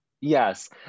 yes